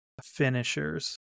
finishers